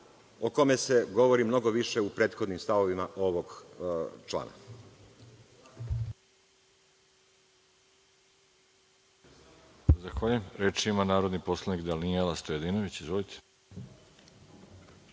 o kome se govori mnogo više u prethodnim stavovima ovog člana.